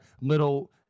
little